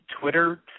Twitter